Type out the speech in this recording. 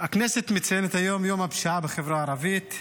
הכנסת מציינת היום את יום הפשיעה בחברה הערבית,